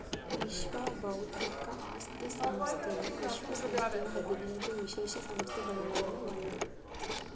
ವಿಶ್ವ ಬೌದ್ಧಿಕ ಆಸ್ತಿ ಸಂಸ್ಥೆಯು ವಿಶ್ವ ಸಂಸ್ಥೆಯ ಹದಿನೈದು ವಿಶೇಷ ಸಂಸ್ಥೆಗಳೊಳಗ ಒಂದ್